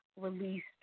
released